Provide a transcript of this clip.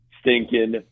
stinking